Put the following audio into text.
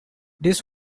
this